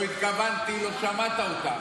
לא התכוונתי ולא שמעת אותם.